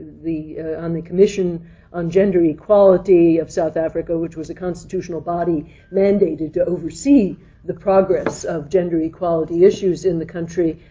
on the commission on gender equality of south africa, which was a constitutional body mandated to oversee the progress of gender equality issues in the country.